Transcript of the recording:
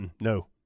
no